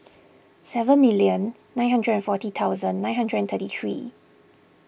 seven million nine hundred forty thousand nine hundred thirty three